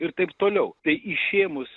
ir taip toliau tai išėmus